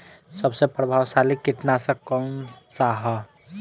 सबसे प्रभावशाली कीटनाशक कउन सा ह?